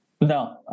no